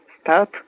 start